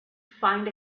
find